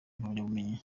impamyabumenyi